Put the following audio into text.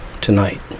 tonight